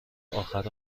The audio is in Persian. آخر